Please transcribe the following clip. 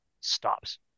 stops